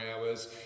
hours